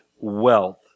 wealth